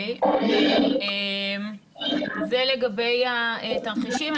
זה לגבי התרחישים.